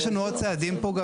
יש לנו עוד צעדים פה,